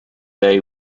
day